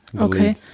Okay